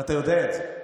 ואתה יודע את זה.